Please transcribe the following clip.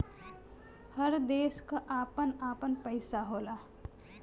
हर देश क आपन आपन पइसा होला